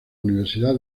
universidad